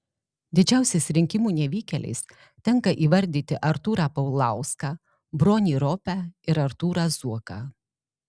didžiausiais rinkimų nevykėliais tenka įvardyti artūrą paulauską bronį ropę ir artūrą zuoką